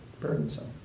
burdensome